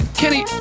kenny